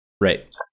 Right